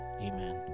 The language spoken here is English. Amen